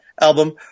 album